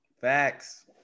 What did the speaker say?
Facts